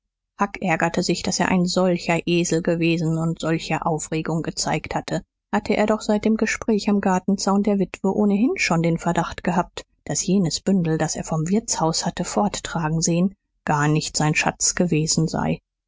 ärgerte sich daß er ein solcher esel gewesen und solche aufregung gezeigt hatte hatte er doch seit dem gespräch am gartenzaun der witwe ohnehin schon den verdacht gehabt daß jenes bündel das er vom wirtshaus hatte forttragen sehen gar nicht sein schatz gewesen sei